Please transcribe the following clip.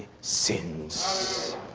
sins